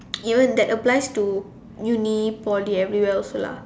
even that applies to uni Poly everywhere else lah